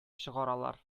чыгаралар